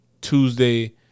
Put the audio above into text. Tuesday